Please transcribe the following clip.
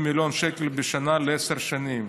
150 מיליון שקל בשנה לעשר שנים.